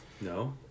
No